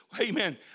amen